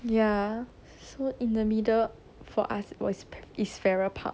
ya so in the middle for us was is farrer park